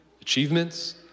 achievements